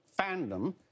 fandom